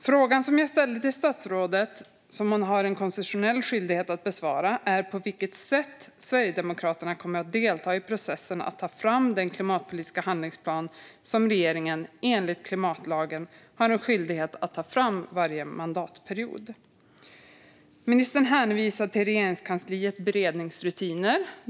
Frågan jag ställde till statsrådet och som hon har en konstitutionell skyldighet att besvara är på vilket sätt Sverigedemokraterna kommer att delta i processen att ta fram den klimatpolitiska handlingsplan som regeringen enligt klimatlagen har en skyldighet att ta fram varje mandatperiod. Ministern hänvisar till Regeringskansliets beredningsrutiner.